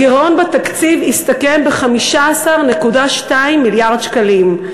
הגירעון בתקציב הסתכם ב-15.2 מיליארד שקלים,